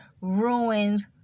ruins